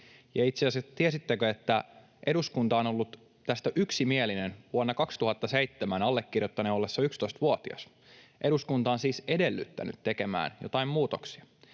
Itse asiassa, tiesittekö, että eduskunta on ollut tästä yksimielinen vuonna 2007 allekirjoittaneen ollessa 11-vuotias? Eduskunta on siis edellyttänyt tekemään joitain muutoksia,